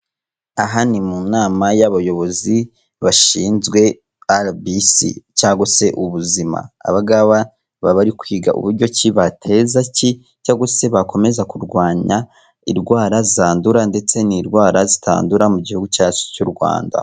Aha ni mu nama y'abayobozi bashinzwe arabisi cyangwa se ubuzima. Aba kwiga uburyo kibateza ki cyangwa se bakomeza kurwanya indwara zandura ndetse n'indwara zitandura mu gihugu cyacu cy'u Rwanda.